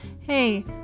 hey